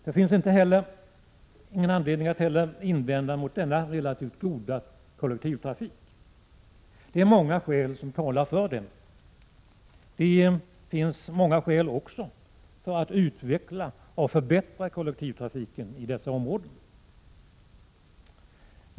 Det finns heller ingen anledning att invända mot denna relativt goda kollektivtrafik. Många skäl talar för den. Det finns också många skäl för att utveckla och förbättra kollektivtrafiken i dessa områden.